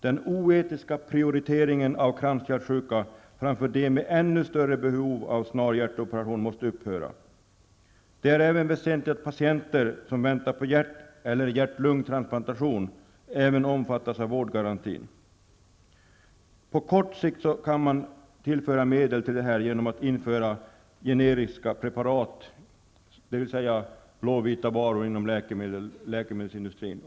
Den oetiska prioriteringen av kranskärlssjuka framför patienter med ännu större behov av snar hjärtoperation måste upphöra. Det är även väsentligt att patienter som väntar på hjärt eller hjärt lungtransplantation omfattas av vårdgarantin. På kort sikt kan man tillföra medel till detta genom att införa generiska preparat, dvs. blåvita varor, inom läkemedelsindustrin.